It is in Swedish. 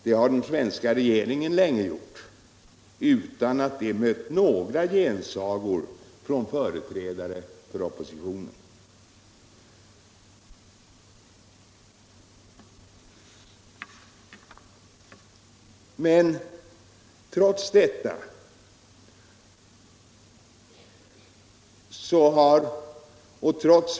Det har också den svenska regeringen länge gjort utan att det mött några gensagor från företrädare för oppositionen.